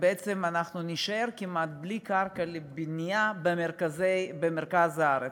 אנחנו בעצם נישאר כמעט בלי קרקע לבנייה במרכז הארץ,